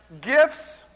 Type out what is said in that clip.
gifts